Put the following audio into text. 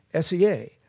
SEA